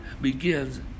begins